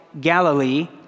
Galilee